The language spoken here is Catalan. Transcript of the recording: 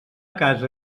casa